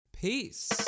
Peace